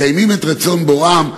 מקיימים את רצון בוראם,